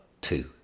two